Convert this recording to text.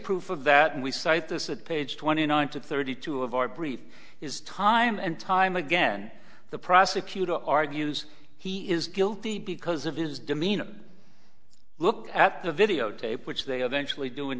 proof of that and we cite this at page twenty nine to thirty two of our brief is time and time again the prosecutor argues he is guilty because of his demeanor look at the videotape which they eventually do in